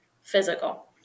physical